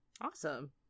Awesome